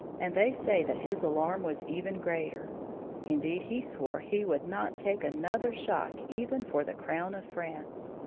and they say that his alarm was even greater indeed, he swore he would not take another shock even for the crown of france.